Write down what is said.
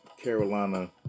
Carolina